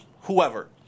whoever